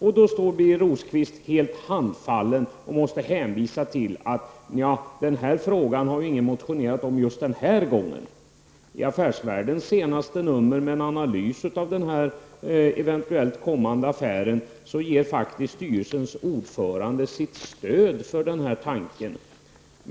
Då står Birger Rosqvist helt handfallen och hänvisar till att det inte är någon som motionerat i den här frågan just denna gång. Affärsvärldens senaste nummer innehåller en analys av den kommande affären som eventuellt blir av. Där ger styrelsens ordförande sitt stöd för denna tanke.